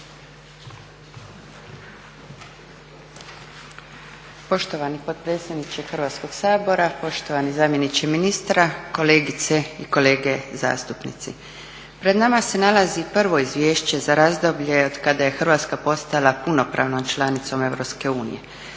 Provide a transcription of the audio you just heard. Poštovani potpredsjedniče Hrvatskog sabora, poštovani zamjeniče ministra, kolegice i kolege zastupnici. Pred nama se nalazi prvo izvješće za razdoblje od kada je Hrvatska postala punopravna članica EU